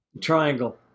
triangle